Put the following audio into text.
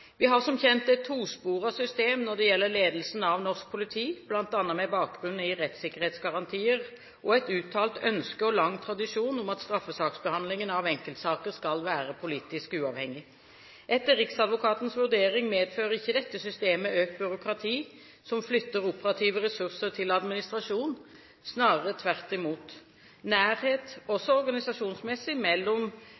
har som kjent et to-sporet system når det gjelder ledelsen av norsk politi, bl.a. med bakgrunn i rettssikkerhetsgarantier og et uttalt ønske – og lang tradisjon om at straffesaksbehandlingen av enkeltsaker skal være politisk uavhengig. Etter riksadvokatens vurdering medfører ikke dette systemet økt byråkrati som flytter operative ressurser til administrasjon, snarere tvert i mot. Nærhet – også organisasjonsmessig – mellom jurist og